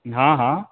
हँ हँ